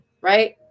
right